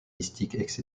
mystiques